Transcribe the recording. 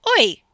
Oi